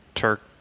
Turk